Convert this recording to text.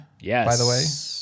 Yes